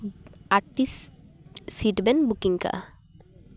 ᱟᱴ piece seat ᱵᱮᱱ booking ᱠᱟᱜᱼᱟ